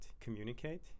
communicate